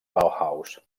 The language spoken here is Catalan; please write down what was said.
bauhaus